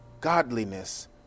godliness